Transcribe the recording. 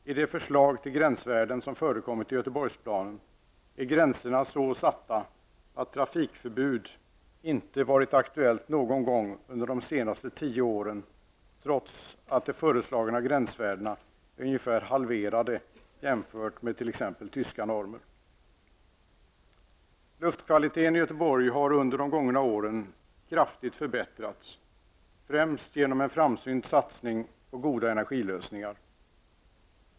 I det förslag till gränsvärden som förekommit i Göteborgsplanen är gränserna så satta att trafikförbud inte varit aktuellt någon gång under de senaste tio åren, trots att de föreslagna gränsvärdena är ungefär halverade jämfört med t.ex. tyska normer. Luftkvaliteten i Göteborg har under de gångna åren kraftigt förbättrats, främst genom en framsynt satsning på goda energilösningar.